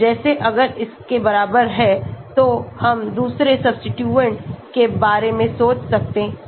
जैसे अगर इसके बराबर है तो हम दूसरे सबस्टीट्यूशन के बारे में सोच सकते हैं